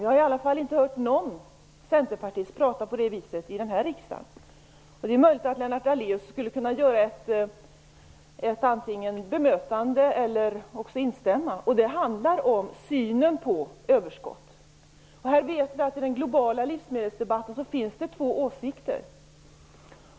Jag har i alla fall inte hört någon centerpartist prata så i den här riksdagen. Det är möjligt att Lennart Daléus skulle kunna göra ett bemötande eller instämma. Det handlar om synen på överskottet. Vi vet att det i den globala livsmedelsdebatten finns två åsikter.